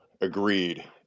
Agreed